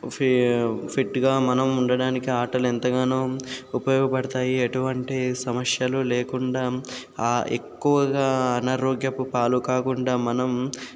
ఫి ఫిట్టుగా మనం ఉండడానికి ఆటలు ఎంతగానో ఉపయోగపడతాయి ఎటువంటి సమస్యలు లేకుండా ఆ ఎక్కువగా అనారోగ్యపు పాలు కాకుండా మనం